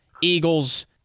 Eagles